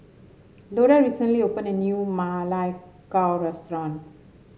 Loda recently opened a new Ma Lai Gao restaurant